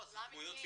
--- לא.